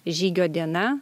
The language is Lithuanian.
žygio diena